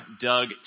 Doug